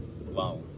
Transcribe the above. Wow